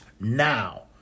now